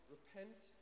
Repent